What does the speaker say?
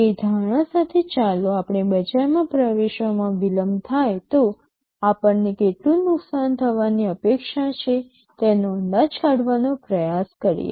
તે ધારણા સાથે ચાલો આપણે બજારમાં પ્રવેશવામાં વિલંબ થાય તો આપણને કેટલું નુકસાન થવાની અપેક્ષા છે તેનો અંદાજ કાઢવાનો પ્રયાસ કરીએ